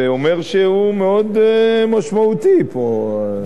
זה אומר שהוא מאוד משמעותי פה.